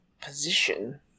position